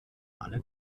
alle